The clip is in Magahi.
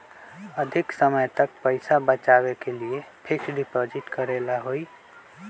अधिक समय तक पईसा बचाव के लिए फिक्स डिपॉजिट करेला होयई?